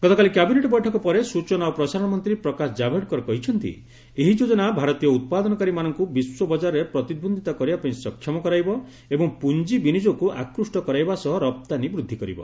ଗତକାଲି କ୍ୟାବିନେଟ୍ ବୈଠକ ପରେ ସୂଚନା ଓ ପ୍ରସାରଣ ମନ୍ତ୍ରୀ ପ୍ରକାଶ ଜାଭଡେକର କହିଛନ୍ତି ଏହି ଯୋଜନା ଭାରତୀୟ ଉତ୍ପାଦନକାରୀ ମାନଙ୍କୁ ବିଶ୍ୱ ବଜାରରେ ପ୍ରତିଦ୍ୱନ୍ଦିତା କରିବା ପାଇଁ ସକ୍ଷମ କରାଇବ ଏବଂ ପୁଞ୍ଜିବିନିଯୋଗକୁ ଆକ୍ରୁଷ୍ଟ କରାଇବା ସହ ରପ୍ତାନୀ ବୃଦ୍ଧି କରିବ